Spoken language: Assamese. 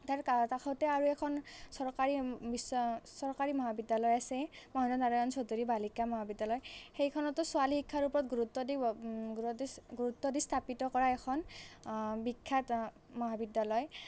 তাৰ গাৰ কাষতে আৰু এখন চৰকাৰী বিশ্ব চৰকাৰী মহাবিদ্যালয় আছে মহেন্দ্ৰ নাৰায়ন চৌধুৰী বালিকা মহাবিদ্যালয় সেইখনতো ছোৱালী শিক্ষাৰ ওপৰত গুৰুত্ব দি গুৰুত দি গুৰুত্ব দি স্থাপিত কৰা এখন বিখ্যাত মহাবিদ্যালয়